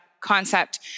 concept